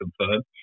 confirmed